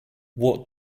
what